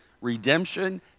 redemption